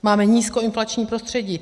Máme nízkoinflační prostředí.